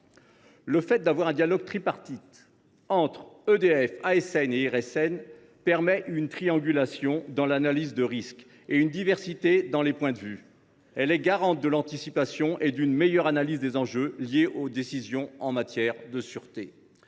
» La tenue d’un dialogue tripartite entre EDF, l’ASN et l’IRSN permet une triangulation dans l’analyse de risque, ainsi qu’une diversité dans les points de vue, garante d’une anticipation et d’une meilleure analyse des enjeux liés aux décisions en matière de sûreté.